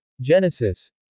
Genesis